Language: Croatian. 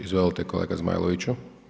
Izvolite kolega Zmajloviću.